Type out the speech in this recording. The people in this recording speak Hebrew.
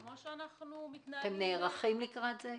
אתם נערכים לקראת זה?